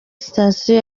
sitasiyo